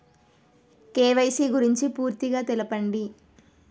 KYC గురించి పూర్తిగా తెలపండి?